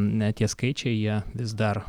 ne tie skaičiai jie vis dar